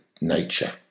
nature